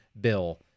bill